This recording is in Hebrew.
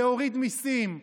להוריד מיסים,